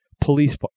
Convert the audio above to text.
police